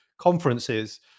conferences